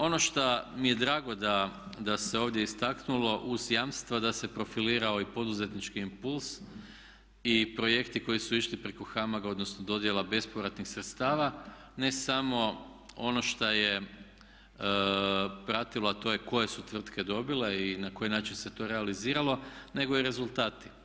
Ono šta mi je drago da se ovdje istaknulo uz jamstva da se profilirao i poduzetnički impuls i projekti koji su išli preko HAMAG-a odnosno dodjela bespovratnih sredstava ne samo ono šta je pratila a to je koje su tvrtke dobile i na koji način se to realiziralo, nego i rezultati.